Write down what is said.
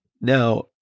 Now